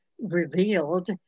Revealed